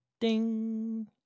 Ding